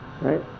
Right